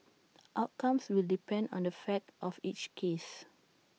outcomes will depend on the fact of each case